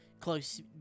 close